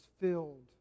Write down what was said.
filled